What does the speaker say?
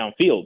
downfield